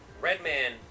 Redman